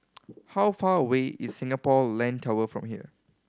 how far away is Singapore Land Tower from here